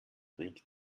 regt